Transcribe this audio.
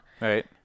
right